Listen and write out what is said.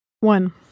One